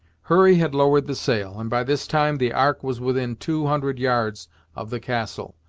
hurry had lowered the sail, and by this time the ark was within two hundred yards of the castle,